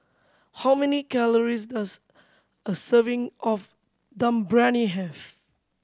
how many calories does a serving of Dum Briyani have